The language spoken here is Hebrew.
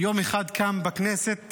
יום אחד כאן בכנסת